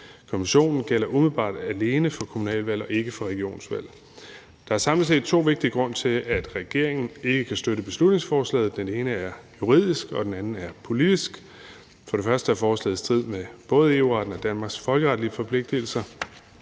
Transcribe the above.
Konventionen gælder umiddelbart alene for kommunalvalg og ikke for regionsvalg. Der er samlet set to vigtige grunde til, at regeringen ikke kan støtte beslutningsforslaget. Den ene er juridisk, og den anden er politisk. For det første er forslaget i strid med både EU-retten og Danmarks folkeretlige forpligtelser.